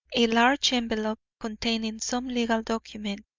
a large envelope, containing some legal document,